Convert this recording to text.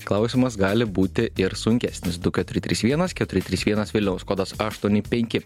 klausimas gali būti ir sunkesnis du keturi trys vienas keturi trys vienas vilniaus kodas aštuoni penki